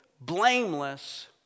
blameless